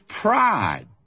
pride